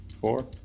Four